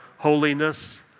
holiness